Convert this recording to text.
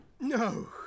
No